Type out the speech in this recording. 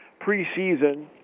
preseason